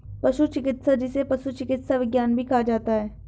पशु चिकित्सा, जिसे पशु चिकित्सा विज्ञान भी कहा जाता है